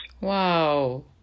Wow